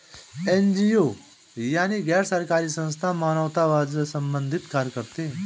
NGO यानी गैर सरकारी संस्थान मानवतावाद से संबंधित कार्य करते हैं